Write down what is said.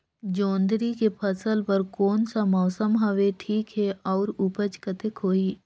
जोंदरी के फसल बर कोन सा मौसम हवे ठीक हे अउर ऊपज कतेक होही?